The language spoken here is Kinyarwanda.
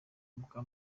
bwa